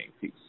Peace